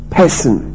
person